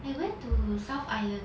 I went to south island